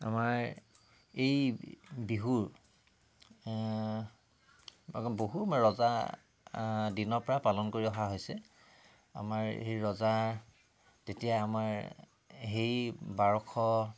আমাৰ এই বিহুৰ বহু ৰজা দিনৰ পৰাই পালন কৰি অহা হৈছে আমাৰ সেই ৰজা তেতিয়াই আমাৰ সেই বাৰশ